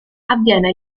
avviene